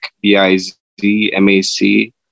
B-I-Z-M-A-C